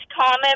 common